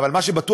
אבל מה שבטוח,